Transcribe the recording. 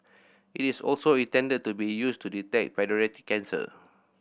it is also intended to be used to detect paediatric cancer